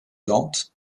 dante